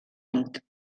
nit